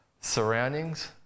surroundings